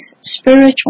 spiritual